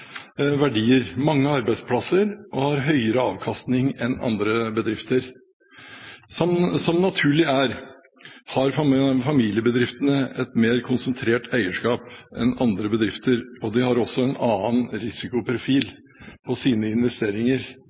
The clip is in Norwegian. verdier og mange arbeidsplasser, og har høyere avkastning enn andre bedrifter. Som naturlig er, har familiebedriftene et mer konsentrert eierskap enn andre bedrifter, og de har også en annen risikoprofil på sine investeringer